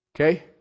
Okay